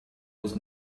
was